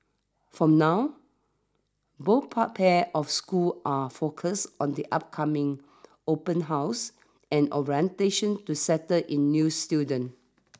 from now both part pairs of schools are focused on the upcoming open houses and orientation to settle in new students